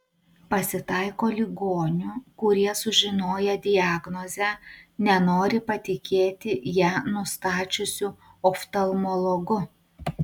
pasitaiko ligonių kurie sužinoję diagnozę nenori patikėti ją nustačiusiu oftalmologu